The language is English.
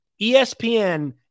ESPN